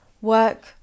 work